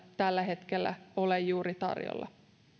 tällä hetkellä ole juuri tarjolla